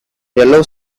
yellow